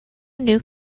new